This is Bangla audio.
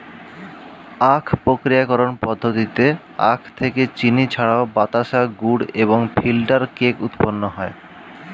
আখ প্রক্রিয়াকরণ পদ্ধতিতে আখ থেকে চিনি ছাড়াও বাতাসা, গুড় এবং ফিল্টার কেক উৎপন্ন হয়